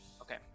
Okay